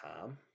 Tom